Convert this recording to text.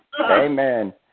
Amen